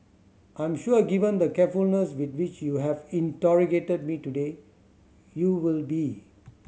I am sure given the carefulness with which you have interrogated me today you will be